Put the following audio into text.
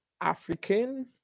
African